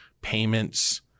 payments